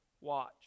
watch